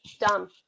done